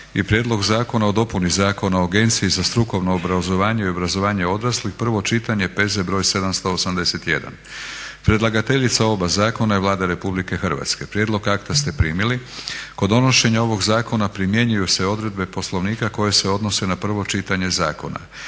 - Prijedlog zakona o dopuni Zakona o Agenciji za strukovno obrazovanje i obrazovanje odraslih, prvo čitanje, P.Z. br. 781. Predlagateljica oba zakona je Vlada RH. Prijedlog akta ste primili. Kod donošenja ovog zakona primjenjuju se odredbe Poslovnika koje se odnose na prvo čitanje zakona.